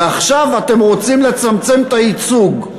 ועכשיו אתם רוצים לצמצם את הייצוג.